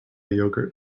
yogurt